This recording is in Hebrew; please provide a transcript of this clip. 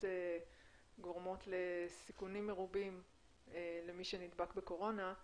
גורמות לסיכונים מרובים למי שנדבק בקורונה,